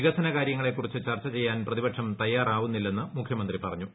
വികസസ്ക്കാട്ടരു്ങ്ങളെ കുറിച്ച് ചർച്ച ചെയാൻ പ്രതിപക്ഷം തയ്യാറാവുന്നില്ലെന്ന് മുഖ്യമന്ത്രിപറഞ്ഞു